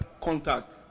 contact